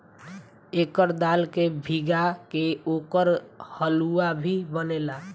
एकर दाल के भीगा के ओकर हलुआ भी बनेला